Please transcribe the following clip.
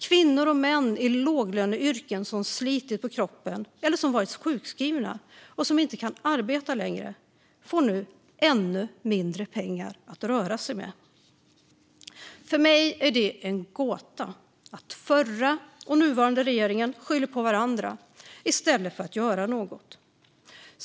Kvinnor och män i låglöneyrken som slitit på kroppen eller som varit sjukskrivna och som inte kan arbeta längre får nu ännu mindre pengar att röra sig med. För mig är det en gåta att den förra och den nuvarande regeringen skyller på varandra i stället för att göra något.